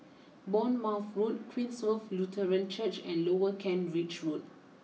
Bournemouth Road Queenstown Lutheran Church and Lower Kent Ridge Road